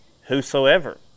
whosoever